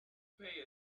pay